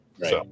right